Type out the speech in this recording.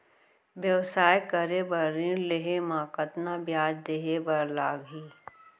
व्यवसाय करे बर ऋण लेहे म कतना ब्याज देहे बर लागही?